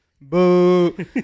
Boo